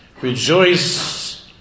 Rejoice